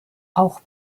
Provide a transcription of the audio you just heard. auch